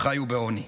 חיו בעוני.